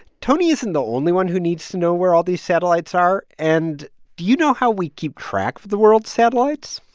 tony isn't the only one who needs to know where all these satellites are. and do you know how we keep track of the world's satellites?